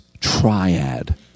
triad